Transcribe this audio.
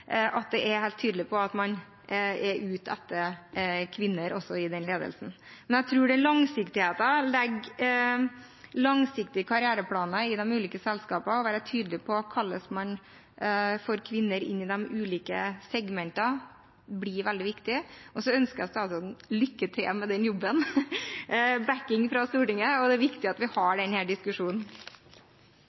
at den er helt tydelig på at man også er ute etter kvinner i den ledelsen. Jeg tror at langsiktighet – å legge langsiktige karriereplaner i de ulike selskapene – og å være tydelig på hvordan man får kvinner inn i de ulike segmentene, blir veldig viktig. Så ønsker jeg statsråden lykke til med den jobben – backing fra Stortinget! Det er viktig at vi har denne diskusjonen.